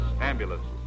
ambulances